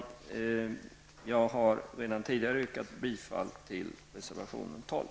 Jag har redan tidigare yrkat bifall till reservation 12.